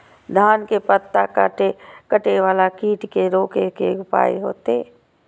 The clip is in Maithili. धान के पत्ता कटे वाला कीट के रोक के कोन उपाय होते?